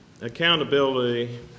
Accountability